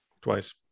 Twice